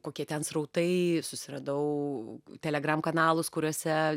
kokie ten srautai susiradau telegram kanalus kuriuose